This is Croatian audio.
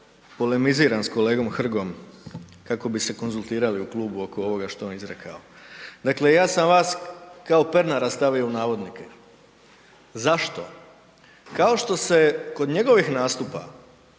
polemiziram s kolegom Hrgom kako bi se konzultirali u klubu oko ovoga što je on izrekao. Dakle, ja sam vas kao Pernara stavio u navodnike. Zašto? Kao što se kod njegovih nastupa